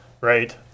Right